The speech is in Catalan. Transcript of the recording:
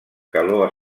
calor